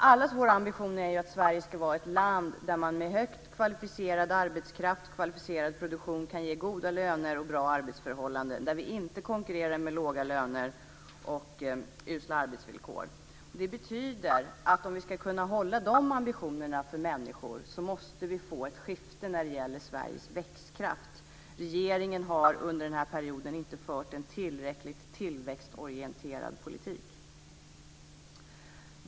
Allas vår ambition är att Sverige ska vara ett land där man med högt kvalificerad arbetskraft och kvalificerad produktion kan ge goda löner och bra arbetsförhållanden, där vi inte konkurrerar med låga löner och usla arbetsvillkor. Det betyder att om vi ska kunna hålla de ambitionerna för människor måste vi få ett skifte när det gäller Sveriges växtkraft. Regeringen har under denna period inte fört en tillräckligt tillväxtorienterad politik.